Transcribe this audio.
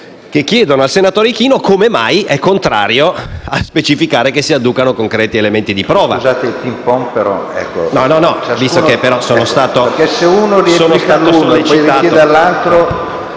chiedono al senatore Ichino come mai sia contrario a specificare che si adducano concreti elementi di prova.